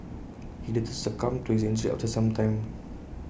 he later succumbed to his injuries after some time